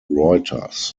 reuters